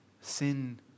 sin